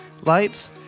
lights